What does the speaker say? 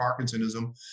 Parkinsonism